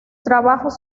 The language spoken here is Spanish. trabajos